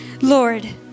Lord